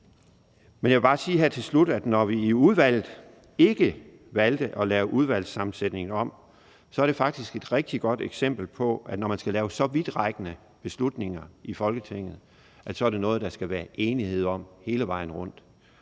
gang. Jeg vil bare sige her til slut, at det, at vi i udvalget ikke valgte at lave udvalgssammensætningen om, faktisk er et rigtig godt eksempel på, at når man skal lave så vidtrækkende beslutninger i Folketinget, er det noget, der skal være enighed om hele vejen rundt.